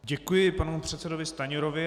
Děkuji panu předsedovi Stanjurovi.